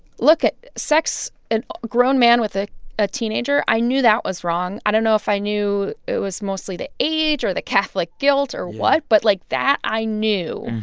look at sex and a grown man with a ah teenager, i knew that was wrong. i don't know if i knew it was mostly the age or the catholic guilt or what. but, like, that i knew.